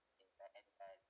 in the end as